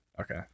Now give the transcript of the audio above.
Okay